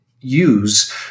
use